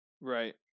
Right